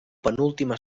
penúltima